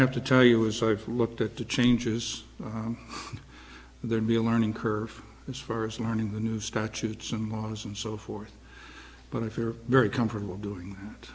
have to tell you as i've looked at the changes there'd be a learning curve as far as learning the new statutes and laws and so forth but if you're very comfortable doing tha